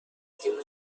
ماهگیمون